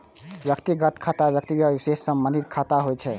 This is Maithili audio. व्यक्तिगत खाता व्यक्ति विशेष सं संबंधित खाता होइ छै